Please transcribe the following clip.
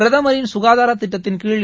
பிரதமரின் சுகாதாரத் திட்டத்தின்கீழ்